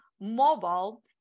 mobile